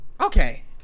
Okay